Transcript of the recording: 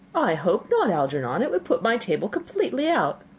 i hope not, algernon. it would put my table completely out.